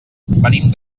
venim